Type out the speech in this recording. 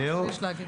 מה יש להגיד?